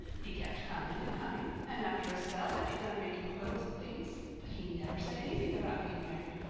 he kept coming and coming, and after a spell i begun making quilts and things but he never said anything about getting married,